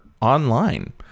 online